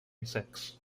cecs